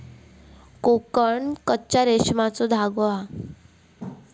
कोकन कच्च्या रेशमाचो धागो हा